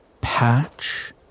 patch